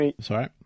Sorry